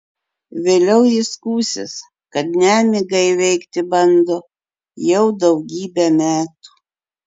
vėliau ji skųsis kad nemigą įveikti bando jau daugybę metų